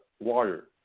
water